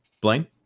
Blaine